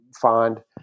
find